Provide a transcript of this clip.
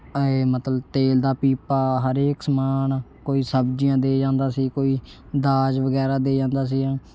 ਮਤਲਬ ਤੇਲ ਦਾ ਪੀਪਾ ਹਰੇਕ ਸਮਾਨ ਕੋਈ ਸਬਜ਼ੀਆਂ ਦੇ ਜਾਂਦਾ ਸੀ ਕੋਈ ਦਾਜ ਵਗੈਰਾ ਦੇ ਜਾਂਦਾ ਸੀ